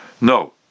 No